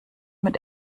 mit